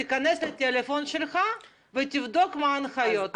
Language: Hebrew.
תיכנס לטלפון שלך ותבדוק מה ההנחיות?